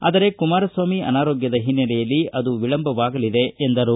ಆದರೆ ಕುಮಾರಸ್ವಾಮಿ ಅನಾರೋಗ್ಧದ ಹಿನ್ನೆಲೆಯಲ್ಲಿ ಆದು ವಿಳಂಬವಾಗಲಿದೆ ಎಂದರು